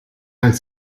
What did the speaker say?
als